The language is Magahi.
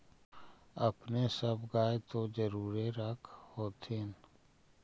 अपने सब गाय तो जरुरे रख होत्थिन?